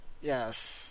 yes